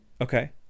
Okay